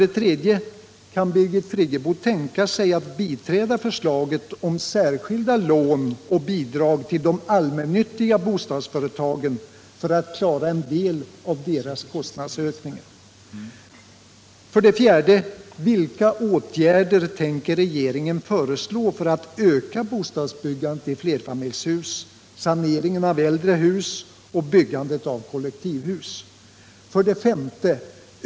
Kan Birgit Friggebo tänka sig att biträda förslaget om särskilda lån och bidrag till de allmännyttiga bostadsföretagen för att klara en del av deras kostnadsökningar? 5.